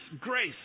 grace